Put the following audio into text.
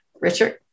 Richard